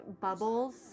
Bubbles